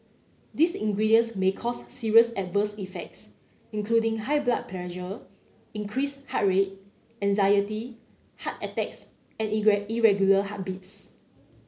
these ingredients may cause serious adverse effects including high blood pressure increased heart rate anxiety heart attacks and irregular heartbeats